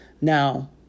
Now